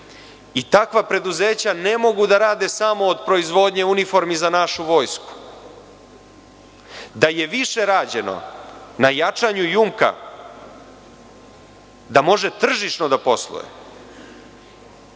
Takva preduzeća ne mogu da rade samo od proizvodnje uniformi za našu vojsku. Da je više rađeno na jačanju „Jumka“, da može tržišno da posluje,